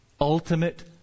ultimate